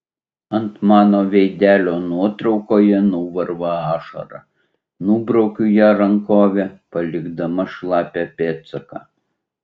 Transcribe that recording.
ant mano veidelio nuotraukoje nuvarva ašara nubraukiu ją rankove palikdama šlapią pėdsaką